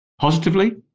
positively